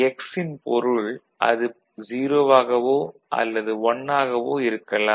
X ன் பொருள் அது 0 வாகவோ அல்லது 1 ஆகவோ இருக்கலாம்